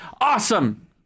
Awesome